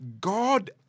God